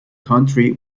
country